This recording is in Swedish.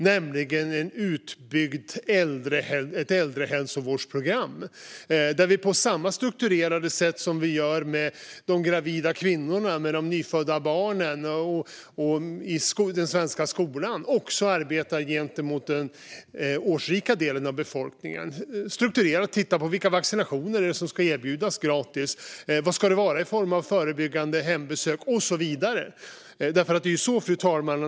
Det handlar om ett utbyggt äldrehälsovårdsprogram där vi på samma strukturerade sätt som vi gör med de gravida kvinnorna, de nyfödda barnen och i den svenska skolan också arbetar gentemot den årsrika delen av befolkningen. Det gäller att strukturerat titta på: Vilka vaccinationer ska erbjudas gratis? Vad ska det vara i form av förebyggande hembesök och så vidare? Fru talman!